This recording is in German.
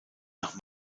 nach